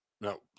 No